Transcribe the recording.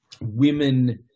women